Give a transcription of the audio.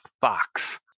fox